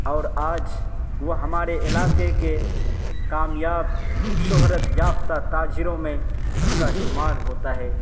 اور آج وہ ہمارے علاقے کے کامیاب شہرت یافتہ تاجروں میں ان کا شمار ہوتا ہے